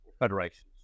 federations